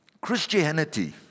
Christianity